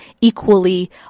equally